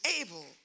able